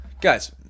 guys